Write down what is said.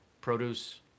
produce